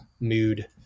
mood